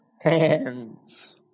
hands